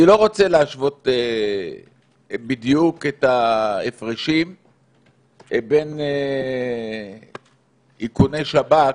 אני לא רוצה להשוות בדיוק את ההפרשים בין איכוני שב"כ